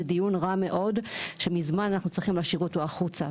זה דיון רע מאוד שאנחנו מזמן צריכים להוציא אותו החוצה,